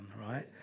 right